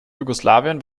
jugoslawien